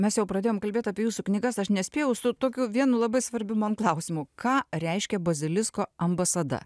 mes jau pradėjom kalbėt apie jūsų knygas aš nespėjau su tokiu vienu labai svarbiu man klausimu ką reiškia bazilisko ambasada